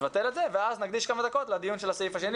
נבטל את זה ואז נקדיש כמה דקות לדיון של הסעיף השני,